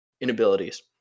inabilities